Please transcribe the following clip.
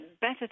better